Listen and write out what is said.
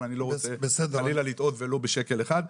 אבל אני לא רוצה חלילה לטעות ולו בשקל אחד.